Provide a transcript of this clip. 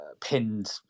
pinned